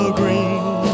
green